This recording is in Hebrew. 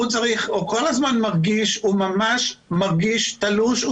הוא ממש מרגיש תלוש,